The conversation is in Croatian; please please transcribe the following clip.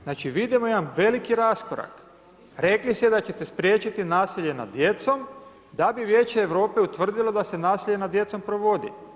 Znači vidimo jedan veliki raskorak, rekli ste da ćete spriječiti nasilje nad djecom da bi Vijeće Europe utvrdilo da se nasilje nad djecom provodi.